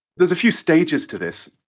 there's a few stages to this.